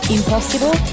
Impossible